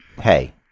hey